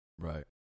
Right